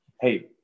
hey